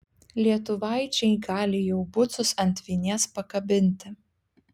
lietuvaičiai gali jau bucus ant vinies pakabinti